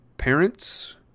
parents